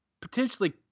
potentially